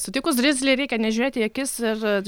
sutikus grizlį reikia nežiūrėt į akis ir